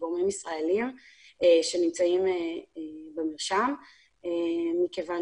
לגורמים ישראליים שנמצאים במרשם מכיוון